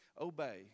obey